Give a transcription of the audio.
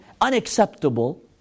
unacceptable